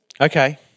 Okay